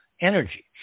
energy